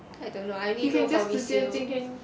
I don't know I only know for resale